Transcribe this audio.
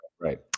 Right